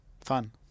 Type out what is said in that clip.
fun